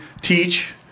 teach